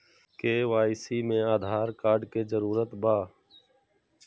KYC में Aadhaar card के जरूरत बा?